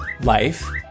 life